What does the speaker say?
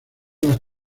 las